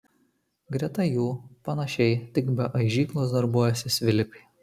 greta jų panašiai tik be aižyklos darbuojasi svilikai